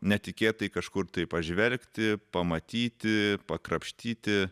netikėtai kažkur tai pažvelgti pamatyti pakrapštyti